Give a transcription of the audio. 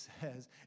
says